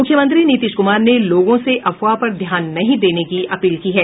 मुख्यमंत्री नीतीश कुमार ने लोगों से अफवाह पर ध्यान नहीं देने की अपील की है